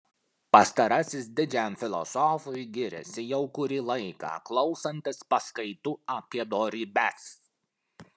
pastarasis didžiam filosofui gyrėsi jau kurį laiką klausantis paskaitų apie dorybes